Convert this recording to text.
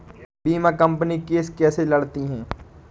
बीमा company case कैसे लड़ती है?